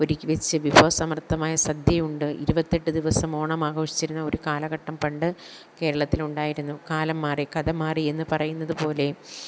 ഒരുക്കിവെച്ച് വിഭവ സമൃദ്ധമായ സദ്യ ഉണ്ട് ഇരുപത്തിയെട്ട് ദിവസം ഓണം ആഘോഷിച്ചിരുന്ന ഒരു കാലഘട്ടം പണ്ട് കേരളത്തിലുണ്ടായിരുന്നു കാലം മാറി കഥ മാറി എന്ന് പറയുന്നതു പോലേ